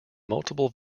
multiple